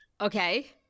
okay